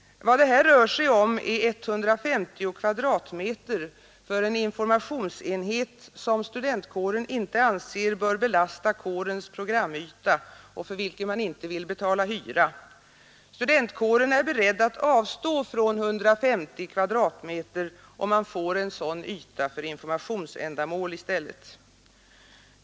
Vad det här rör sig om är 150 kvadratmeter för en informationsenhet som studentkåren inte anser bör belasta kårens programyta och för vilken man inte vill betala hyra. Studentkåren är beredd att avstå från 150 kvadratmeter, om man får en sådan yta för informationsändamål i stället.